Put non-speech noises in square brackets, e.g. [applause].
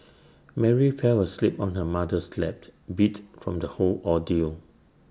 Mary fell asleep on her mother's lap [noise] beat from the whole ordeal